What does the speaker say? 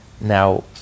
Now